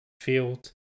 field